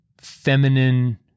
feminine